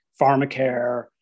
pharmacare